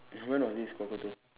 when was this cockatoo